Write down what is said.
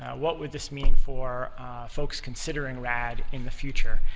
what would this mean for folks considering rad in the future.